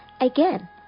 Again